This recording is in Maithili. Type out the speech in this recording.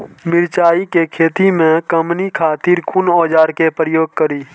मिरचाई के खेती में कमनी खातिर कुन औजार के प्रयोग करी?